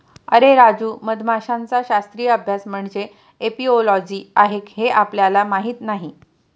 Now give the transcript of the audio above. अरे राजू, मधमाशांचा शास्त्रीय अभ्यास म्हणजे एपिओलॉजी आहे हे आपल्याला माहीत नाही